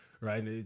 right